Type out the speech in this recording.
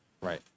Right